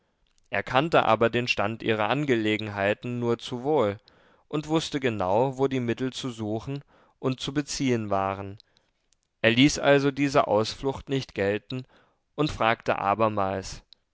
er kannte aber den stand ihrer angelegenheiten nur zu wohl und wußte genau wo die mittel zu suchen und zu beziehen waren er ließ also diese ausflucht nicht gelten und fragte abermals